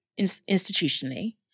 institutionally